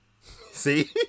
see